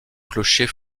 clocher